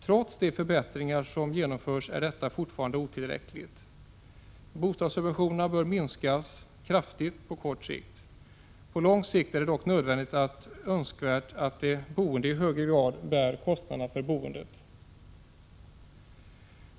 Trots de förbättringar som genomförts är detta fortfarande otillräckligt. Bostadssubventionerna bör minskas kraftigt på kort sikt. På lång sikt är det nödvändigt och önskvärt att de boende i högre grad bär kostnaderna för boendet.